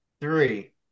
three